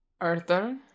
Arthur